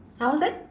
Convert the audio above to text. !huh! what's that